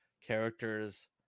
characters